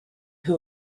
who